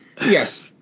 Yes